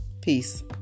Peace